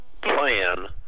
plan